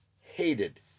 hated